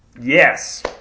Yes